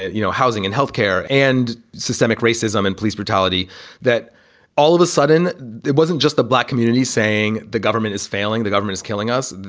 you know, housing and health care and systemic racism and police brutality that all of a sudden it wasn't just the black community saying the government is failing, the government is killing us.